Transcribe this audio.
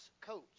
coats